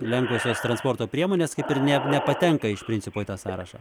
lengvosios transporto priemones kaip ir nė nepatenka iš principo į tą sąrašą